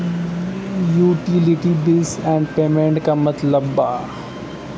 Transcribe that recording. Utility bills and payments क मतलब का बा?